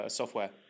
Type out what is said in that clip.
software